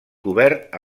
cobert